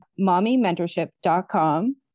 mommymentorship.com